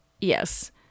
yes